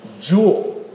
jewel